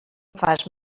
fas